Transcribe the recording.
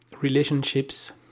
relationships